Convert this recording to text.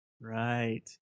Right